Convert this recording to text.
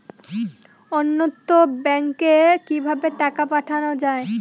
অন্যত্র ব্যংকে কিভাবে টাকা পাঠানো য়ায়?